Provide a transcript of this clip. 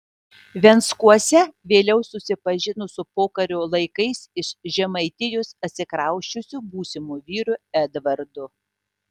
venckuose vėliau susipažino su pokario laikais iš žemaitijos atsikrausčiusiu būsimu vyru edvardu